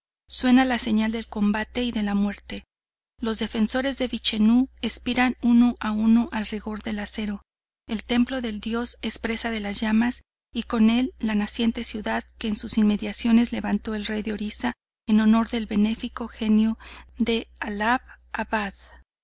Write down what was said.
suena la señal del combate y de la muerte los defensores de vichenú expiran uno a uno al rigor del acero el templo del dios es presa de las llamas y con el la naciente ciudad que en sus inmediaciones levanto el rey de orisa en honor del benéfico genio de